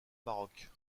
baroque